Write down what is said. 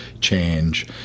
change